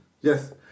Yes